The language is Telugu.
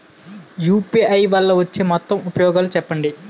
యు.పి.ఐ వల్ల వచ్చే మొత్తం ఉపయోగాలు చెప్పండి?